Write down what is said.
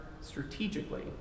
strategically